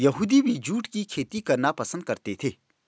यहूदी भी जूट की खेती करना पसंद करते थे